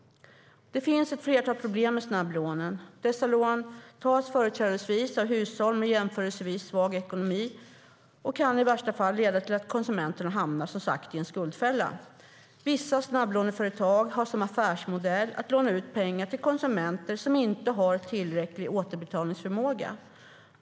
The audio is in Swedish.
Det finns ett flertal problem med snabblånen. Dessa lån tas företrädesvis av hushåll med jämförelsevis svag ekonomi och kan i värsta fall leda till att konsumenterna hamnar i en skuldfälla. Vissa snabblåneföretag har som affärsmodell att låna ut pengar till konsumenter som inte har tillräcklig återbetalningsförmåga.